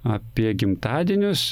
apie gimtadienius